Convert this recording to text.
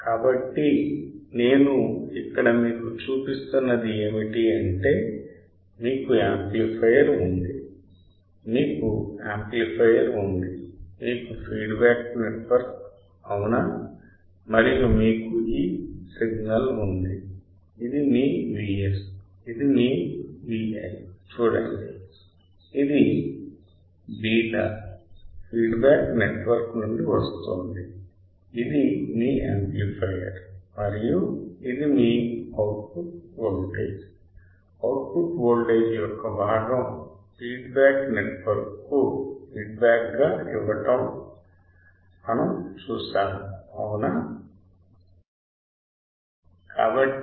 కాబట్టి నేను ఇక్కడ మీకు చూపిస్తున్నది ఏమిటంటే మీకు యాంప్లిఫయర్ ఉంది మీకు యాంప్లిఫయర్ ఉంది మీకు ఫీడ్బ్యాక్ నెట్వర్క్ అవునా మరియు మీకు ఈ సిగ్నల్ ఉంది ఇది మీ VS ఇది మీ Vi చూడండి ఇది బీటా ఫీడ్బ్యాక్ నెట్వర్క్ నుండి వస్తోంది ఇది మీ యాంప్లిఫయర్ మరియు ఇది మీ output voltage output voltage యొక్క భాగం ఫీడ్బ్యాక్ నెట్వర్క్కు ఫీడ్బ్యాక్ గా ఇవ్వబడటం మనము చూశాము అవునా